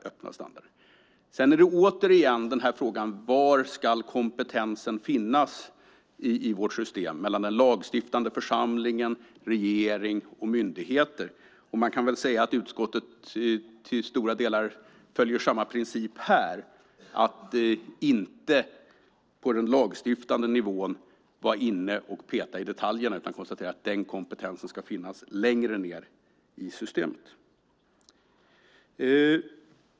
Vi har sedan återigen frågan: Var i vårt system ska kompetensen finnas mellan den lagstiftande församlingen, regeringen och myndigheterna? Utskottet följer i stora delar samma princip här, nämligen att inte på den lagstiftande nivån peta i detaljerna. Man konstaterar att den kompetensen ska finnas längre ned i systemet.